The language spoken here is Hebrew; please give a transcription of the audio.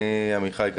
עמיחי גבאי,